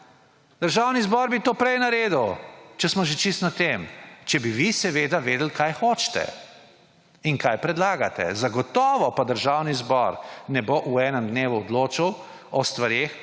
Državni zbor bi to prej naredil, če smo že pri tem, če bi vi vedeli, kaj hočete in kaj predlagate. Zagotovo pa Državni zbor ne bo v enem dnevu odločal o stvareh,